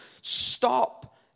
Stop